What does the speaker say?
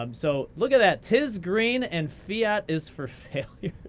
um so look at that, tisgreen and fiatisforfailures.